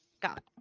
Got